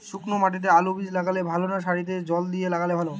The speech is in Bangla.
শুক্নো মাটিতে আলুবীজ লাগালে ভালো না সারিতে জল দিয়ে লাগালে ভালো?